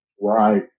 Right